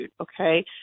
okay